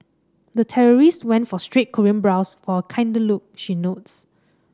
the terrorist went for straight Korean brows for kinder look she notes